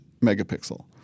megapixel